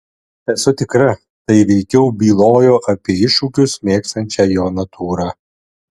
esu tikra tai veikiau bylojo apie iššūkius mėgstančią jo natūrą